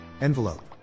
Envelope